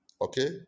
okay